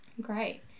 great